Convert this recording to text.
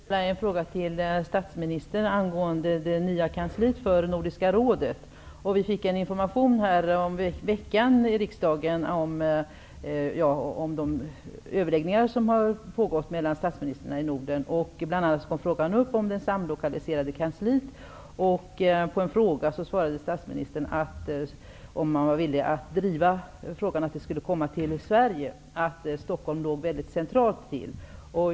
Herr talman! Jag vill ställa en fråga till statsministern angående det nya kansliet för Nordiska rådet. Vi fick en information häromveckan i riksdagen om de överläggningar som har pågått mellan statsministrarna i Norden. Bl.a. kom frågan upp om det samlokaliserade kansliet. På en fråga om statsministern var villig att driva frågan att kansliet förläggs till Sverige svarade han att Stockholm låg väldigt centralt till.